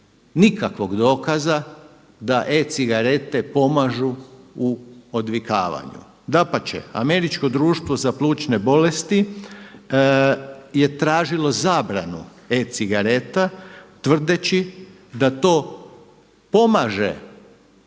nikakvog dokaza da e-cigarete pomažu u odvikavanju. Dapače, Američko društvo za plućne bolesti je tražilo zabranu e-cigareta tvrdeći da to pomaže proširenju